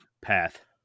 path